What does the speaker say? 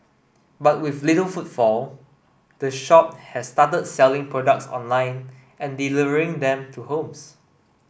but with little footfall the shop has started selling products online and delivering them to homes